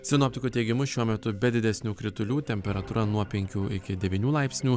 sinoptikų teigimu šiuo metu be didesnių kritulių temperatūra nuo penkių iki devynių laipsnių